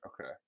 Okay